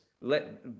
let